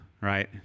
right